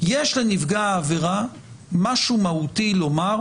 יש לנפגע העבירה משהו מהותי לומר,